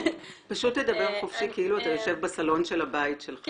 פשוט תדבר חופשי כאילו אתה יושב בסלון של הבית שלך.